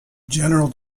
general